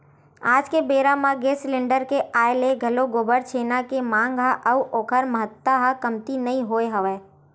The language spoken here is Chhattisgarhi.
आज के बेरा म गेंस सिलेंडर के आय ले घलोक गोबर छेना के मांग ह अउ ओखर महत्ता ह कमती नइ होय हवय